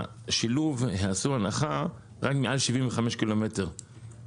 עשו הנחה רק מעל 75 קילומטר,